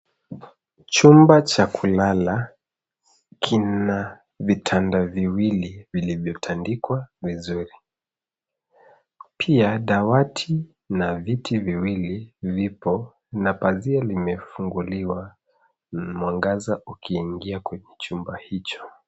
Chumba cha kulala kina vitanda viwili vilivyotandikwa vizuri. Pia dawati na viti viwili vipo na pazia kimefunguliwa mwangaza ukiingia kwenye chumba hicho.